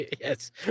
Yes